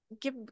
give